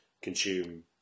consume